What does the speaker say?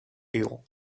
ill